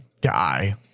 die